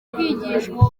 kwigishwa